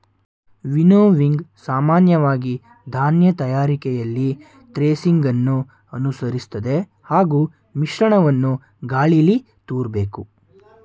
winnowing ಸಾಮಾನ್ಯವಾಗಿ ಧಾನ್ಯ ತಯಾರಿಕೆಯಲ್ಲಿ ಥ್ರೆಸಿಂಗನ್ನು ಅನುಸರಿಸ್ತದೆ ಹಾಗೂ ಮಿಶ್ರಣವನ್ನು ಗಾಳೀಲಿ ತೂರ್ಬೇಕು